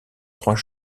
trois